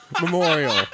Memorial